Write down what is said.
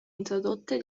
introdotte